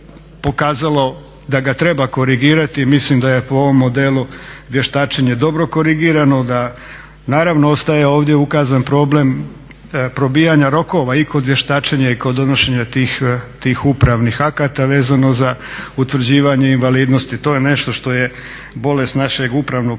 da ga treba korigirati i mislim da je po ovom modelu vještačenje dobro korigirano, da naravno ostaje ovdje ukazan problem probijanja rokova i kod vještačenja i kod donošenja tih upravnih akata vezano za utvrđivanje invalidnosti, to je nešto što je bolest našeg upravnog